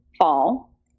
fall